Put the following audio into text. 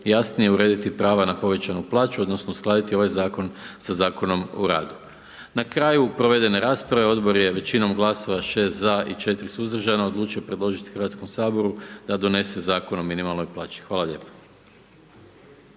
jasnije urediti prava na povećanu plaću odnosno uskladiti ovaj zakon sa Zakonom o radu. Na kraju provedene rasprave odbor je većinom glasova 6 za i 4 suzdržana odlučio predložiti Hrvatskom saboru da donese Zakon o minimalnoj plaći. Hvala lijepo.